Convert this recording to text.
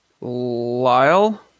Lyle